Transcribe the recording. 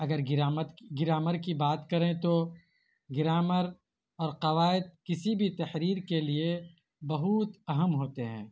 اگر grammar grammar کی بات کریں تو گرامر اور قواعد کسی بھی تحریر کے لیے بہت اہم ہوتے ہیں